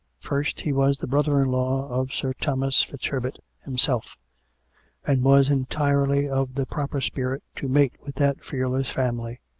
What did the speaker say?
first he was the brother-in-law of sir thomas fitzherbert himself and was entirely of the proper spirit to mate with that fearless family.